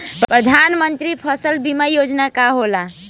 प्रधानमंत्री फसल बीमा योजना का होखेला?